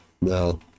No